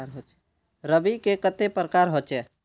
रवि के कते प्रकार होचे?